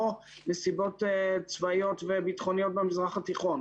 או נסיבות צבאיות וביטחוניות במזרח התיכון.